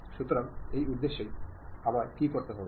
সুতরাং সেই উদ্দেশ্যে আমায় কি করতে হবে